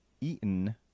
eaten